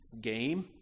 game